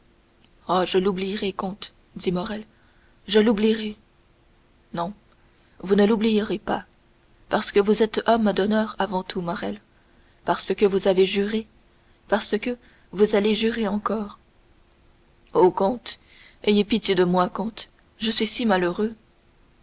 ah je l'oublierai comte dit morrel je l'oublierai non vous ne l'oublierez pas parce que vous êtes homme d'honneur avant tout morrel parce que vous avez juré parce que vous allez jurer encore ô comte ayez pitié de moi comte je suis si malheureux